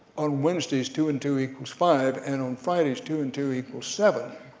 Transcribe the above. on wednesdays two and two equals five, and on fridays two and two equals seven,